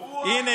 הינה,